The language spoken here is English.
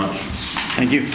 much and you